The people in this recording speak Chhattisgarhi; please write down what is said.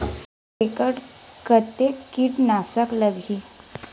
एक एकड़ कतेक किट नाशक लगही?